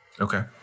Okay